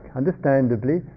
understandably